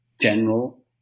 General